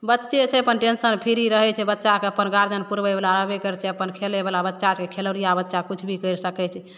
बच्चे छै अपन टेन्शन फ्री रहै छै बच्चाके अपन गार्जिअन पुरबैवला रहबे करै छै अपन खेलैवला बच्चाछै खेलौड़िआ बच्चा अपन किछु भी करि सकै छै